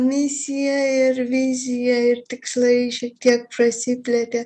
misija ir vizija ir tikslai šiek tiek prasiplėtė